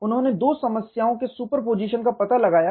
उन्होंने दो समस्याओं के सुपरपोजिशन का पता लगाया